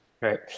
Right